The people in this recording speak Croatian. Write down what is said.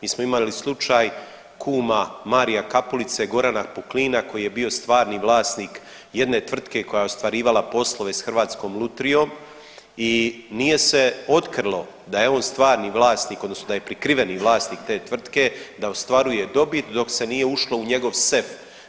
Mi smo imali slučaj kuma Maria Kapulice, Gorana Puklina koji je bio stvarni vlasnik jedne tvrtke koja je ostvarivala poslove s Hrvatskom lutrijom i nije se otkrilo da je on stvarni vlasnik odnosno da je prikriveni vlasnik te tvrtke, da ostvaruje dobit dok se nije ušlo u njegov sef.